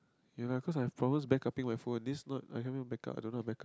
ya of course I promise back upping my phone this not I haven't back up I don't know back up